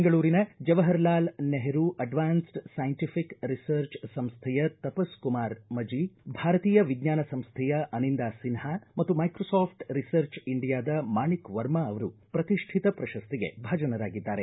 ಬೆಂಗಳೂರಿನ Jawaharlal Nehru advanced scientific research ಸಂಸ್ಥೆಯ ತಪಸ್ ಕುಮಾರ್ ಮಜಿ ಭಾರತೀಯ ವಿಜ್ಞಾನ ಸಂಸ್ಥೆಯ ಅನಿಂದಾ ಸಿನ್ವಾ ಮತ್ತು ಮೈಕ್ರೋಸಾಫ್ಟ್ ರಿಸರ್ಚ್ ಇಂಡಿಯಾದ ಮಾಣಿಕ್ ವರ್ಮಾ ಅವರು ಪ್ರತಿಷ್ಠಿತ ಪ್ರಶಸ್ತಿಗೆ ಭಾಜನರಾಗಿದ್ದಾರೆ